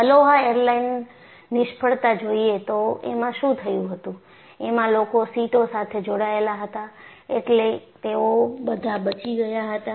Aloha airline નિષ્ફળતા જોઈએ તો એમાં શું થયું હતું એમાં લોકો સીટો સાથે જોડાયેલા હતા એટલે તેઓ બધા બચી ગયા હતા